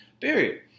period